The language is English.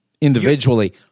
individually